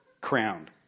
crowned